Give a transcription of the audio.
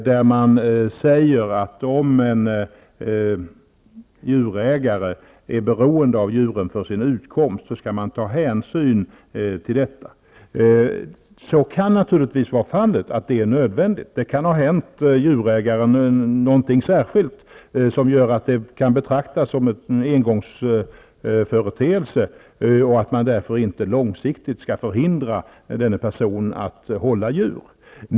Där sägs att om en djurägare är beroende av djuren för sin utkomst, skall man ta hänsyn till detta. Det kan naturligtvis vara nödvändigt. Det kan ha hänt djurägaren något särskilt, som gör att det kan betraktas som en engångsföreteelse och att man därför inte på lång sikt skall förhindra denna person att hålla djur.